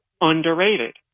underrated